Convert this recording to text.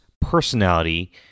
personality